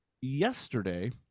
yesterday